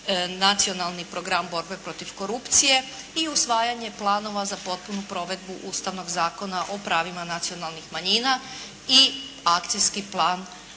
Nacionalni program borbe protiv korupcije i usvajanje planova za potpunu provedbu Ustavnog zakona o prvima nacionalnih manjina i Akcijski plan